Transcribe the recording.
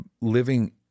living